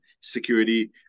security